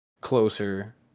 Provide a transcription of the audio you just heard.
closer